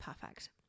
Perfect